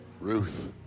Ruth